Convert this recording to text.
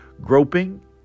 groping